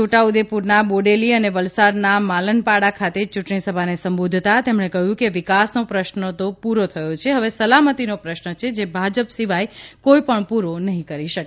છોટાઉદેપુરના બોડેલી અને વલસાડના માલણપાડા ખાતે ચૂંટણીસભાને સંબોધતાં તેમણે કહ્યું કે વિકાસનો પ્રશ્ન તો પૂરો થયો છે હવે સલામતિનો પ્રશ્ન છે જે ભાજપ સિવાય કોઇ પણ પૂરો નહીં કરી શકે